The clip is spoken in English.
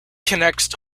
connects